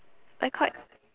I quite